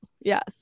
Yes